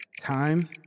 Time